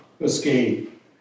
escape